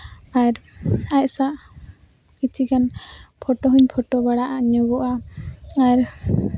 ᱟᱨ ᱟᱡ ᱥᱟᱜ ᱠᱤᱪᱷᱤᱜᱟᱱ ᱯᱷᱳᱴᱳ ᱦᱚᱧ ᱯᱷᱳᱴᱳ ᱵᱟᱲᱟ ᱧᱚᱜᱚᱜᱼᱟ ᱟᱨ